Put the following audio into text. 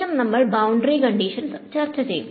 ശേഷം നമ്മൾ ബൌണ്ടറി കണ്ടിഷൻസ്ചർച്ച ചെയ്യും